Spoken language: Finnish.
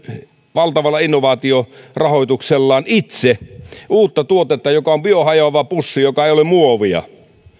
valtavalla innovaatiorahoituksellaan itse uutta tuotetta joka on biohajoava pussi joka ei ole muovia